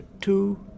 Two